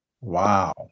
Wow